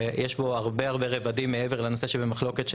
יש בו הרבה הרבה רבדים מעבר לנושא של המחלוקת,